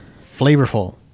flavorful